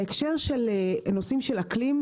בהקשר של נושאים של אקלים,